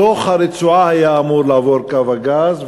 בתוך הרצועה היה אמור לעבור קו הגז,